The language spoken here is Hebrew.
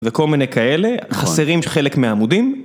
וכל מיני כאלה, חסרים חלק מהעמודים.